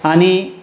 आनी